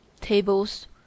Tables